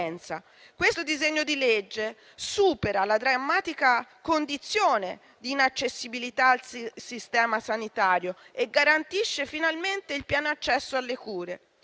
Questo disegno di legge supera la drammatica condizione di inaccessibilità al sistema sanitario e garantisce finalmente il pieno accesso alle cure.